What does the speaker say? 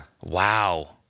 Wow